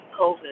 COVID